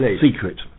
secret